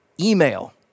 email